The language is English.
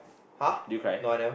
did you cry